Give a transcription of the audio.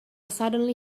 suddenly